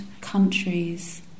countries